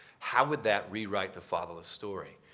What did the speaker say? how would that rewrite the fatherless story?